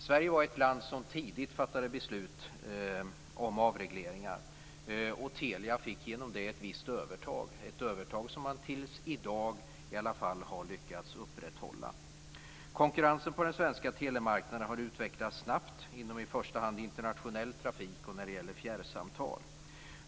Sverige fattade tidigt beslut om avregleringar, och Telia fick genom det ett visst övertag, ett övertag som man i alla fall till i dag har lyckats upprätthålla. Konkurrensen på den svenska telemarknaden har utvecklats snabbt, inom i första hand internationell trafik och när det gäller fjärrsamtal.